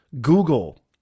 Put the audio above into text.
Google